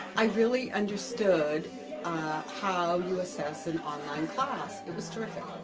i really understood how you assess an online class. it was terrific.